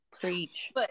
Preach